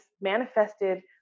manifested